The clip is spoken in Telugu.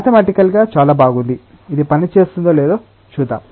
మ్యాథెమటికల్గా చాలా బాగుంది ఇది పనిచేస్తుందో లేదో చూద్దాం